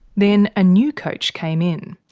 then a new coach came in.